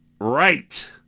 right